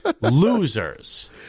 Losers